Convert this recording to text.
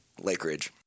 Lakeridge